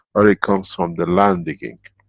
or it comes from the land digging.